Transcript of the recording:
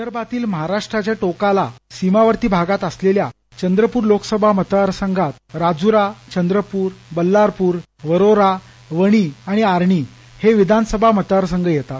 विदर्भातील महाराष्ट्राच्या टोकाला सीमावर्ती भागात असलेल्या चंद्रपूर लोकसभा मतदार संघात राजुरा चंद्रपूर बल्लारपूर वरोरा वणी आणि आर्वी हे विधान सभा मतदार संघ येतात